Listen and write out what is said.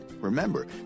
remember